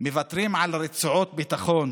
מוותרים על רצועות ביטחון